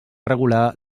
regular